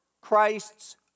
Christ's